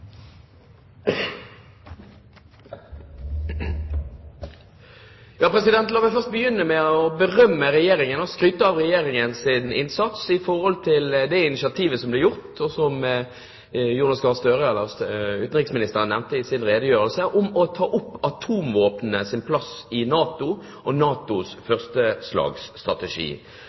La meg begynne med å berømme Regjeringen og skryte av Regjeringens innsats med hensyn til det initiativet som ble tatt, og som utenriksminister Jonas Gahr Støre nevnte i sin redegjørelse, om å ta opp atomvåpnenes plass i NATO og NATOs